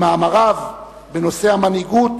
במאמריו בנושא המנהיגות,